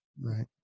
Right